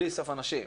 בלי סוף אנשים.